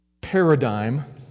paradigm